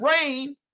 rain